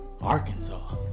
Arkansas